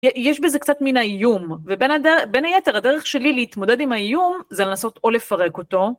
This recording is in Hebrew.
יש בזה קצת מין האיום, ובין היתר הדרך שלי להתמודד עם האיום זה לנסות או לפרק אותו